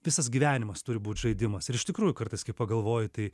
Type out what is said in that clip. visas gyvenimas turi būt žaidimas ir iš tikrųjų kartais kai pagalvoji tai